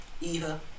Eva